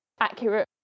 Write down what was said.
accurate